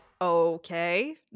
okay